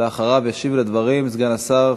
ואחריו ישיב על הדברים סגן השר,